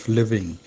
living